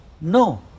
no